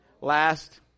last